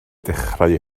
dechrau